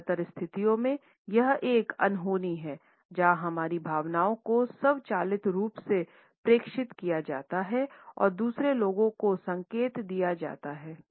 ज्यादातर स्थितियों में यह एक अनहोनी है जहां हमारी भावनाओं को स्वचालित रूप से प्रेषित किया जाता है और दूसरे लोग को संकेत दिया जाता है